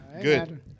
good